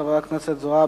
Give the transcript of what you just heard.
חברת הכנסת זועבי,